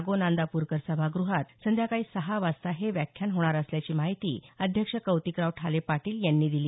गो नांदापूरकर सभागृहात संध्याकाळी सहा वाजता हे व्याख्यान होणार असल्याची माहिती अध्यक्ष कौतिकराव ठाले पाटील यांनी दिली